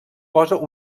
posa